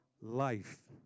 life